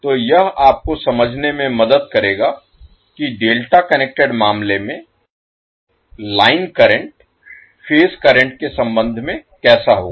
तो यह आपको समझने में मदद करेगा कि डेल्टा कनेक्टेड मामले में लाइन करंट फेज करंट के संबंध में कैसा होगा